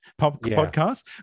podcast